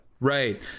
right